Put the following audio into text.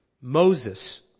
Moses